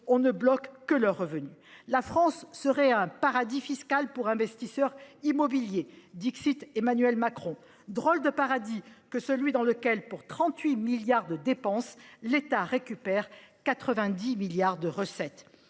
on ne bloque que leurs revenus ! La France serait un paradis fiscal pour investisseurs immobiliers, selon Emmanuel Macron ; drôle de paradis que celui dans lequel, pour 38 milliards d'euros de dépenses, l'État récupère 90 milliards d'euros